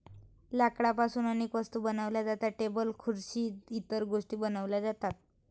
लाकडापासून अनेक वस्तू बनवल्या जातात, टेबल खुर्सी इतर गोष्टीं बनवल्या जातात